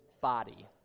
body